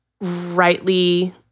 rightly